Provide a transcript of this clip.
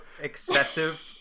excessive